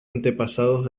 antepasados